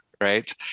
right